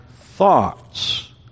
thoughts